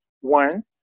One